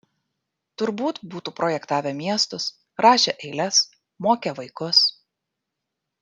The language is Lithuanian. turbūt būtų projektavę miestus rašę eiles mokę vaikus